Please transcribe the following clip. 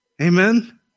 Amen